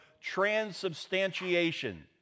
transubstantiation